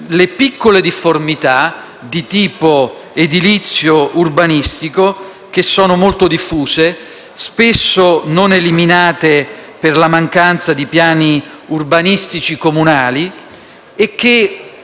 alle piccole difformità di tipo edilizio e urbanistico che sono molto diffuse, spesso non eliminate per la mancanza di piani urbanistici comunali, e che